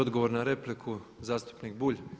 Odgovor na repliku zastupnik Bulj.